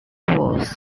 bulls